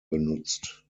benutzt